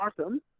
awesome